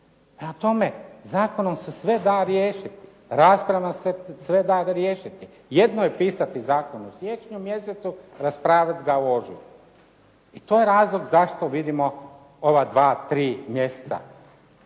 tome, zakonom se sve da riješiti. Raspravom se sve da riješiti. Jedno je pisati zakone u siječnju mjesecu, raspravljati ga u ožujku. I to je razlog zašto vidimo ova dva, tri mjeseca